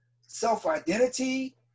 self-identity